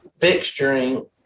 fixturing